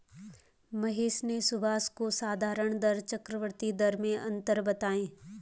महेश ने सुभाष को साधारण दर चक्रवर्ती दर में अंतर बताएं